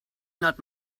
not